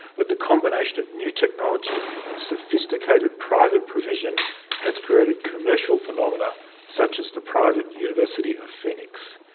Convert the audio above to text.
but the combination of new technology and sophisticated private provision has created commercial phenomena such as the private university of phoenix.